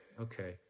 okay